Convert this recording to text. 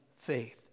faith